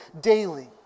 daily